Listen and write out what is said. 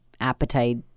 appetite